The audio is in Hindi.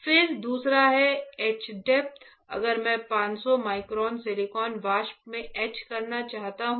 फिर दूसरा है ईच डेप्थ अगर मैं 500 माइक्रोन सिलिकॉन वाष्प में ईच करना चाहता हूं